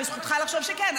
וזכותך לחשוב שכן,